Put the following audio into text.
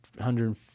hundred